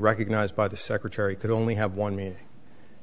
recognized by the secretary could only have one me